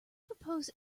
propose